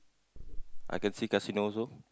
I can see casino also